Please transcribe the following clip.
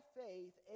faith